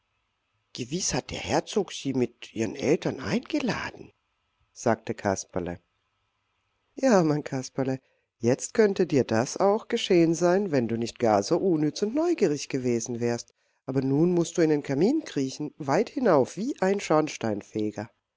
gewiß hat der herzog sie mit ihren eltern eingeladen sagte kasperle ja mein kasperle jetzt könnte dir das auch geschehen sein wenn du nicht gar so unnütz und neugierig gewesen wärst aber nun mußt du in den kamin kriechen weit hinauf wie ein schornsteinfeger